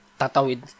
tatawid